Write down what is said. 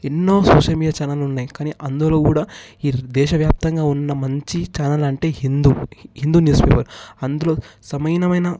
ఎన్నో social media ఛానెళ్ళు ఉన్నాయి కానీ అందులో కూడా ఈ దేశ వ్యాప్తంగా ఉన్న మంచి ఛానెల్ అంటే హిందూ హిందూ న్యూస్ పేపర్ అందులో సమానమైన